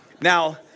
Now